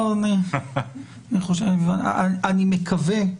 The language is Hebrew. אני מקווה,